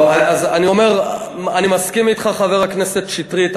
אני מסכים אתך, חבר הכנסת שטרית.